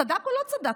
צדק או לא צדק?